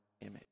image